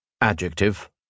Adjective